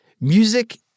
music